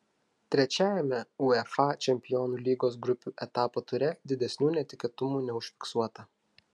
trečiajame uefa čempionų lygos grupių etapo ture didesnių netikėtumų neužfiksuota